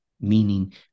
meaning